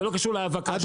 זה לא קשור להאבקה שם.